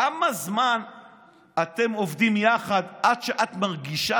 כמה זמן אתם עובדים יחד עד שאת מרגישה